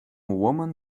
women